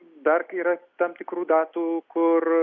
dar yra tam tikrų datų kur